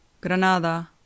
Granada